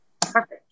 perfect